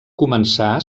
començà